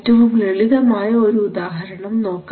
ഏറ്റവും ലളിതമായ ഒരു ഉദാഹരണം നോക്കാം